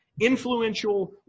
influential